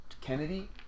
Kennedy